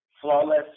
flawless